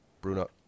Bruno